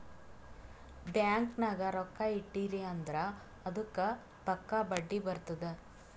bank ನಾಗ್ ರೊಕ್ಕಾ ಇಟ್ಟಿರಿ ಅಂದುರ್ ಅದ್ದುಕ್ ಪಕ್ಕಾ ಬಡ್ಡಿ ಬರ್ತುದ್